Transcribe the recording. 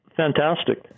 fantastic